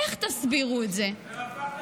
איך תסבירו את זה?